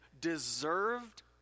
deserved